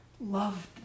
loved